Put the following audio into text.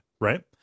Right